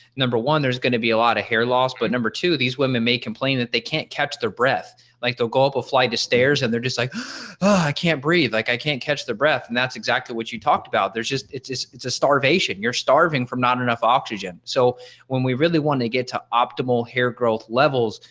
number one there's going to be a lot of hair loss. but number two these women may complain that they can't catch their breath like they'll go up a flight of stairs and they're just like, oh ah i can't breathe like i can't catch their breath. and that's exactly what you talked about. there's just it's it's it's a starvation you're starving from not enough oxygen. so when we really want to get to optimal hair growth levels,